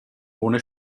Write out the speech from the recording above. ohne